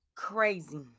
crazy